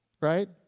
right